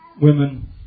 women